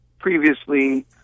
Previously